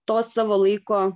to savo laiko